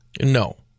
No